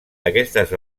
aquestes